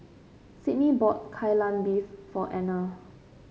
Sydney bought Kai Lan Beef for Anner